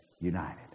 united